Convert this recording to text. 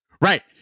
Right